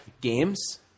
Games